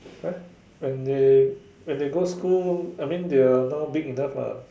eh when they when they go school I mean they are now big enough lah